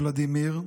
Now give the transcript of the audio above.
ולדימיר,